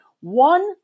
one